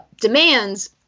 demands